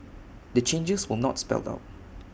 the changes were not spelled out